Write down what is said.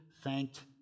thanked